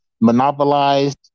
monopolized